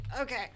Okay